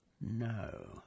No